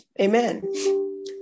Amen